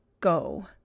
go